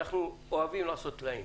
אנחנו אוהבים לעשות טלאים.